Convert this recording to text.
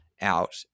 out